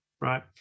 right